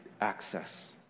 access